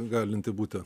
galinti būti